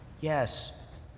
Yes